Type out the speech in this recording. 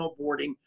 snowboarding